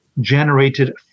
generated